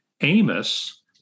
Amos